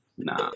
Nah